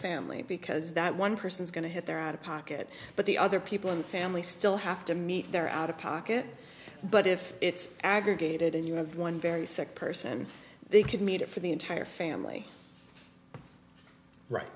family because that one person is going to hit their out of pocket but the other people in the family still have to meet their out of pocket but if it's aggregated and you have one very sick person they could need it for the entire family right